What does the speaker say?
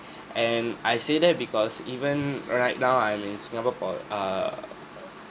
and I say that because even right now I'm in singapore for err